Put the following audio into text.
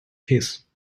his